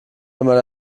einmal